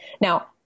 Now